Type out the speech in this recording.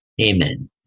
Amen